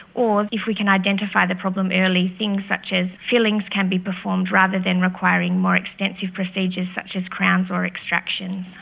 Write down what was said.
or, if we can identify the problem early, things such as fillings can be performed rather than requiring more extensive procedures such as crowns or extraction.